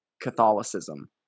Catholicism